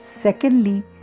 secondly